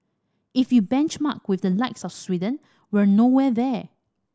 if you benchmark with the likes of Sweden we're nowhere there